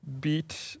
beat